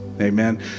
Amen